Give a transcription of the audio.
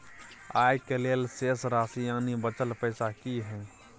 आय के लेल शेष राशि यानि बचल पैसा की हय?